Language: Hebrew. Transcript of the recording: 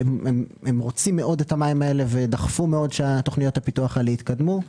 הם רוצים מאוד את המים האלה ודחפו מאוד שתוכניות הפיתוח האלה יתקדמו.